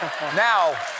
Now